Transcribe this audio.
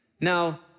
Now